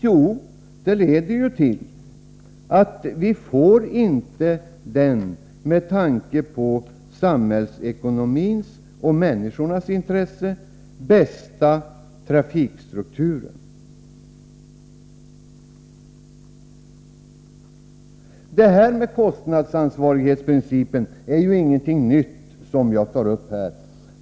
Jo, det leder till att vi inte får den med tanke på samhällsekonomin och människornas intresse bästa trafikstrukturen. Kostnadsansvarighetsprincipen är ju inte något nytt som jag tar upp här.